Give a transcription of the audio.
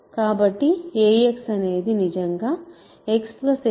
కాబట్టి ax అనేది నిజంగా x x